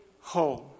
home